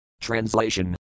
Translation